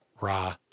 Ra